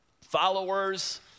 followers